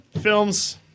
films